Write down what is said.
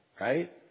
right